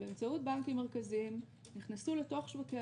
באמצעות בנקים מרכזיים נכנסו לתוך שווקי